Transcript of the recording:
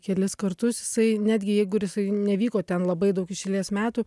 kelis kartus jisai netgi jeigu ir jisai nevyko ten labai daug iš eilės metų